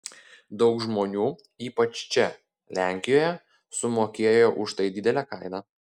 daug žmonių ypač čia lenkijoje sumokėjo už tai didelę kainą